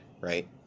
Right